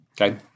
okay